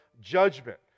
judgment